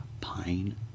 pine